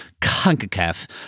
CONCACAF